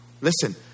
Listen